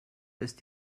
ist